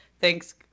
thanks –